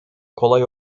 kolay